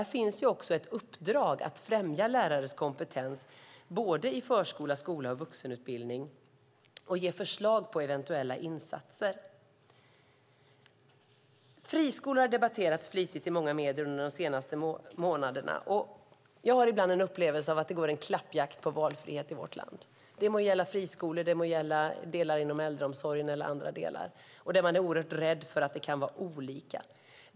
Här finns ett uppdrag att främja lärares kompetens i både förskola, skola och vuxenutbildning och ge förslag på eventuella insatser. Friskolor har debatterats flitigt i många medier under de senaste månaderna. Jag upplever ibland att det går en klappjakt på valfrihet i vårt land. Det må gälla friskolor, delar inom äldreomsorgen eller andra delar där man är oerhört rädd för att det kan vara olika.